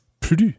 PLUS